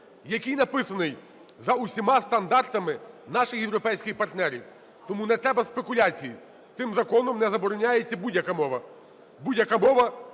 який написаний за усіма стандартами наших європейських партнерів. Тому не треба спекуляцій, цим законом не забороняється будь-яка мова.